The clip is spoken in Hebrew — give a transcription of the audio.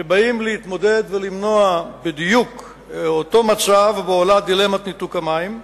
שבאים להתמודד ולמנוע בדיוק אותו מצב שבו עולה דילמת ניתוק המים.